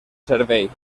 servei